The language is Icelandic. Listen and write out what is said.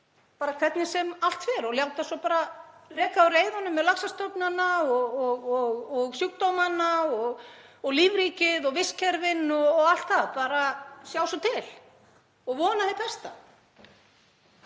hvernig sem allt fer og láta svo bara reka á reiðanum með laxastofnana og sjúkdómana og lífríkið og vistkerfin og allt það — bara sjá svo til og vona að hið besta.